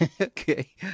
okay